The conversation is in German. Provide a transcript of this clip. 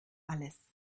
alles